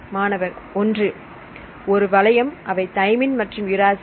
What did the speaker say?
மாணவர்1 ஒரு வளையம் அவை தயமின் மற்றும் உராசில்